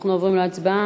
אנחנו עוברים להצבעה.